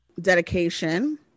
dedication